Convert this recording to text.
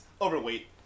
overweight